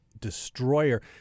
Destroyer